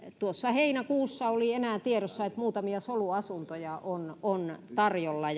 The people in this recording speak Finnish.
heinäkuussa oli tiedossa että enää muutamia soluasuntoja on on tarjolla